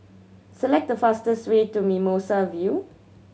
select the fastest way to Mimosa View